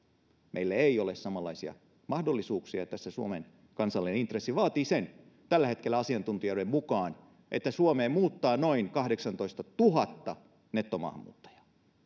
meillä ei ole samanlaisia mahdollisuuksia mutta tässä suomen kansallinen intressi vaatii tällä hetkellä asiantuntijoiden mukaan että suomeen muuttaa noin kahdeksantoistatuhatta nettomaahanmuuttajaa